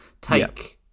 take